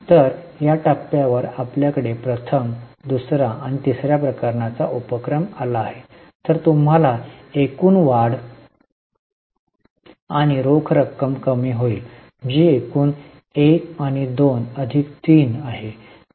तर या टप्प्यावर आपल्याकडे प्रथम दुसरा आणि तिसरा प्रकारचा उपक्रम आला आहे तर तुम्हाला एकूण वाढ आणि रोख रक्कम कमी होईल जी एकूण 1 आणि 2 अधिक 3 आहे